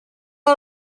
not